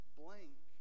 blank